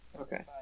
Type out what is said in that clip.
Okay